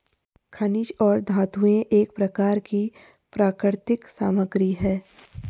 खनिज और धातुएं एक प्रकार की प्राकृतिक सामग्री हैं